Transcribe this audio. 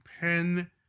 pen